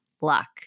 luck